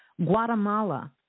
Guatemala